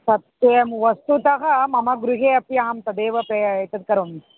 सत्यं वस्तुतः मम गृहे अपि अहं तदेव पे एतद् करोमि